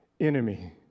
enemy